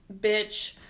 bitch